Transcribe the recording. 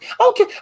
Okay